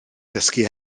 ddysgu